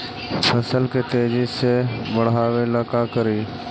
फसल के तेजी से बढ़ाबे ला का करि?